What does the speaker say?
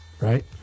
right